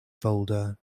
folder